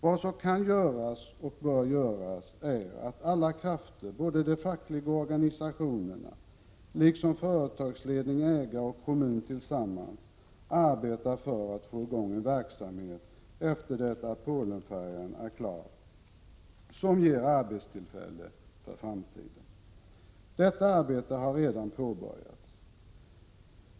Vad som kan och bör göras är att alla krafter, både de fackliga organisationerna och företagsledning, ägare och kommun, tillsammans arbetar för att få i gång en verksamhet efter det att Polenfärjan är klar, vilket ger arbetstillfällen för framtiden. Detta arbete har redan påbörjats.